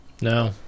no